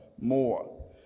more